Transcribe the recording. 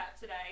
today